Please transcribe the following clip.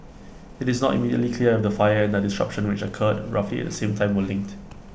IT is not immediately clear if the fire and the disruption which occurred roughly at the same time were linked